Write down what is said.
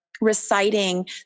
reciting